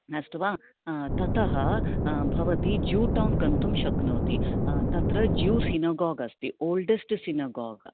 अस्तु वा ततः भवती ज्यू टौन् गन्तुं शक्नोति तत्र ज्यू सिनोगोग् अस्ति ओल्डेस्ट् सिनोगोग्